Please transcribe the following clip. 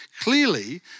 Clearly